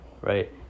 Right